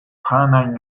prenañ